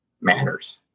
matters